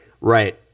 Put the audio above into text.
Right